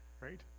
right